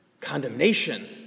condemnation